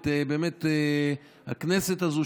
את הכנסת הזו,